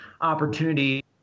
opportunity